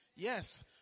Yes